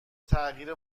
تغییر